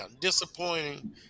disappointing